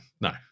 no